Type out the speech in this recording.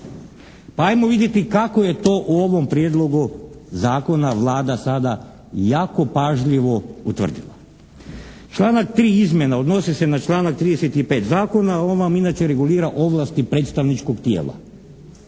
Pa ajmo vidjeti kako je to u ovom prijedlogu zakona Vlada sada jako pažljivo utvrdila. Članak 3. izmjena odnosi se na članak 35. zakona, on vam inače regulira ovlasti predstavničkog tijela.